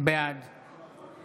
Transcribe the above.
בעד